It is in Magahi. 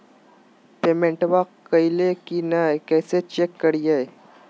पेमेंटबा कलिए की नय, कैसे चेक करिए?